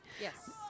Yes